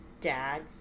dad